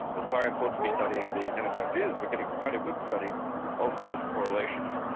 that science ought to be studying these, and in fact is, we're getting quite a good study of those correlations.